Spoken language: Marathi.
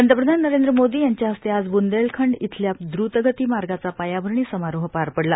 पंतप्रधान नरेंद्र मोदी यांच्या हस्ते आज ब्रुंदेलखंड इथल्या द्रतगती मार्गाचा पायाभरणी समारोह पार पडला